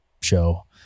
show